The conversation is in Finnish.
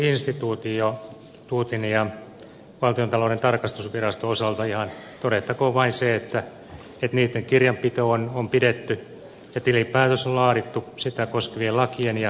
ulkopoliittisen instituutin ja valtiontalouden tarkastusviraston osalta todettakoon ihan vain se että niitten kirjanpito on pidetty ja tilinpäätös on laadittu sitä koskevien lakien ja määräysten mukaisesti